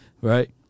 right